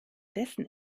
dessen